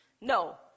No